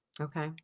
Okay